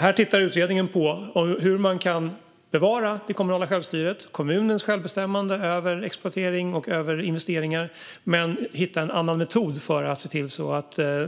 Utredningen tittar på hur man kan bevara det kommunala självstyret och kommunens självbestämmande över exploatering och investeringar och samtidigt hitta en annan metod för